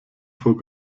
vor